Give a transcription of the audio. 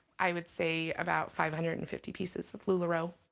i would say, about five hundred and fifty pieces of lularoe.